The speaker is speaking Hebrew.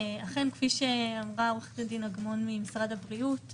אכן כפי שאמרה עורכת הדין אגמון ממשרד הבריאות,